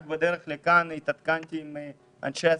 בדרך לכאן התעדכנתי על ידי אנשי עסקים,